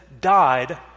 died